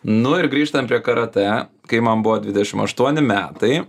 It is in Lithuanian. nu ir grįžtant prie karatė kai man buvo dvidešim aštuoni metai